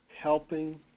helping